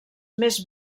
més